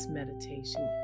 meditation